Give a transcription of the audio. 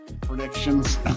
predictions